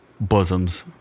bosoms